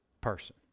person